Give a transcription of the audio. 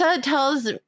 tells